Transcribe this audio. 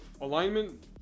alignment